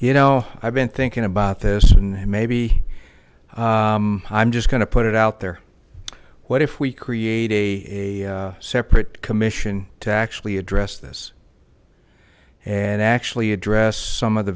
you know i've been thinking about this and maybe i'm just going to put it out there what if we created a separate commission to actually address this and actually address some